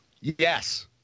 Yes